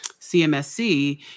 CMSC